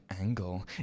angle